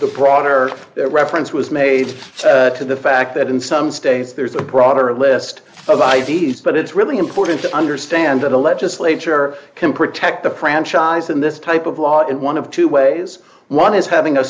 the broader reference was made to the fact that in some states there's a broader list of ideas but it's really important to understand that a legislature can protect the franchise in this type of law in one of two ways one is having a